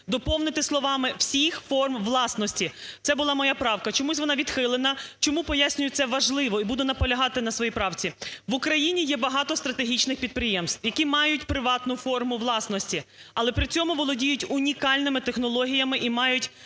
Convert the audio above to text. доповнити словами "всіх форм власності". Це була моя правка. Чомусь вона відхилена. Чому, поясню, важливо, і буду наполягати на своїй правці. В Україні є багато стратегічних підприємств, які мають приватну форму власності, але при цьому володіють унікальними технологіями і мають